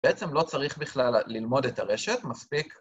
בעצם לא צריך בכלל ללמוד את הרשת, מספיק.